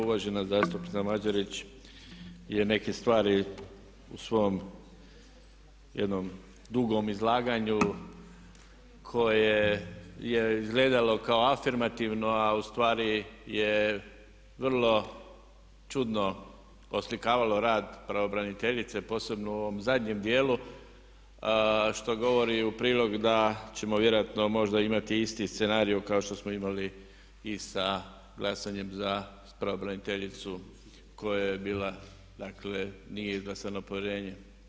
Uvažena zastupnica Mađarić je neke stvari u svom jednom dugom izlaganju koje je izgledalo kao afirmativno, a u stvari je vrlo čudno oslikavalo rad pravobraniteljice, posebno u ovom zadnjem dijelu što govori u prilog da ćemo vjerojatno možda imati isti scenario kao što smo imali i sa glasanjem za pravobraniteljicu koja je bila, dakle nije izglasano povjerenje.